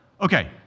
Okay